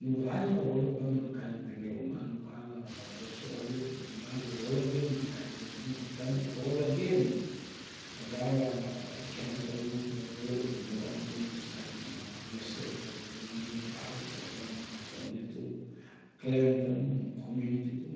Nu ga xa rolep banga kain piniro ma mi ka la osoxo lep o mi ga xa oloden a kain piniro ma opeang ta atoden na gat achanse sa vining kavarolep a viniro mu a sait moxa nenese moxa omimanger a barok ka vaga ma samting ta dan tanung na communiti tung